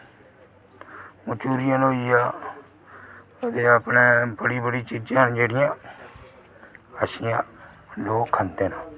Manchurian होइया ते अपने बड़ी बड़ी चीज़ां न जेह्ड़ियां अच्छियां ओह् खंदे न